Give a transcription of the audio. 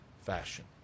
fashion